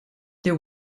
there